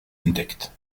entdeckt